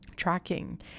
Tracking